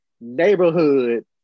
neighborhood